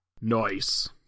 Nice